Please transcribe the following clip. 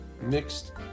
mixed